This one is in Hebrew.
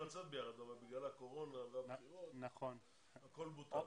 לצאת אבל בגלל הקורונה והבחירות הכול בוטל.